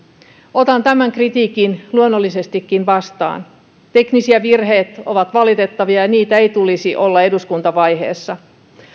otan tämän kritiikin luonnollisestikin vastaan tekniset virheet ovat valitettavia ja niitä ei tulisi olla eduskuntavaiheessa